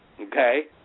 Okay